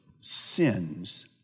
sins